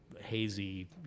hazy